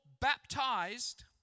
baptized